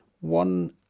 one